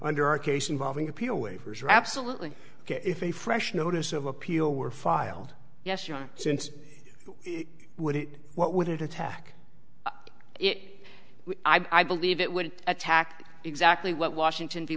under our case involving appeal waivers are absolutely ok if a fresh notice of appeal were filed yes your sense would it what would it attack it i believe it would attack exactly what washington be